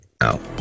out